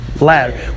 ladder